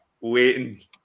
waiting